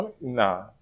Nah